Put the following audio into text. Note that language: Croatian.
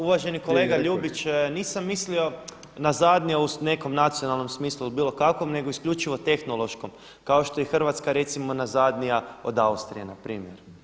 Uvaženi kolega Ljubić, nisam mislio na zadnja u nekom nacionalnom smislu ili bilo kakvom nego isključivo tehnološkom, kao što je i Hrvatska recimo nazadnija od Austrije na primjer.